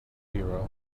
hero